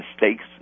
mistakes